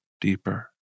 deeper